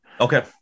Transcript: Okay